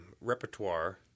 repertoire